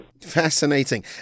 Fascinating